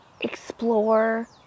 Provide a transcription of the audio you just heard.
explore